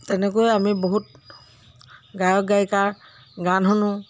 তেনেকৈয়ে আমি বহুত গায়ক গায়িকাৰ গান শুনো